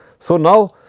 so, now,